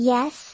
Yes